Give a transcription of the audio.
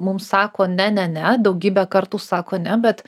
mums sako ne ne ne daugybę kartų sako ne bet